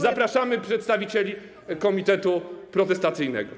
Zapraszamy przedstawicieli komitetu protestacyjnego.